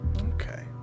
Okay